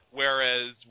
whereas